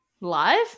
Live